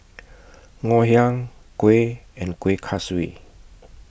Ngoh Hiang Kuih and Kueh Kaswi